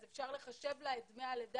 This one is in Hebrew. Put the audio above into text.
אז אפשר לחשב לה את דמי הלידה,